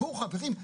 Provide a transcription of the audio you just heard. חברים,